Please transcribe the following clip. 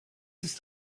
ist